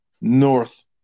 North